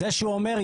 זה שהוא אומר,